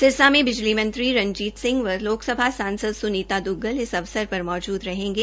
सिरसा में बिजली मंत्री रंजीत सिंह व लोकसभा सांसद स्नीता द्ग्गल इस अवसरपर मौजूद रहेंगे